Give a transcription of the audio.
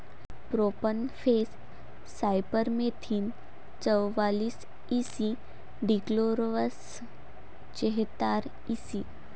profenofos cypermethrin चौवालीस E C dichlorvos चेहतार EC